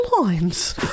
lines